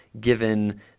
given